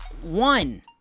One